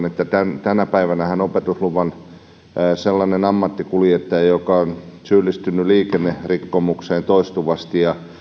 että tänä päivänähän sellainen ammattikuljettaja joka on syyllistynyt liikennerikkomukseen toistuvasti ja